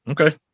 Okay